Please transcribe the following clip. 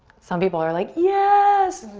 some people are like, yes!